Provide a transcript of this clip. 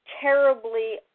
terribly